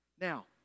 Now